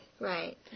right